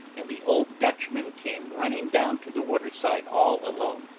and the old dutchman came running down to the water-side all alone,